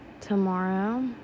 tomorrow